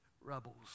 rebels